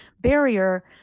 barrier